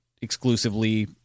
exclusively